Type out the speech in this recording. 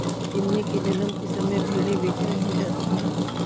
मेमने के जन्म के समय भेड़ें बेचैन हो जाती हैं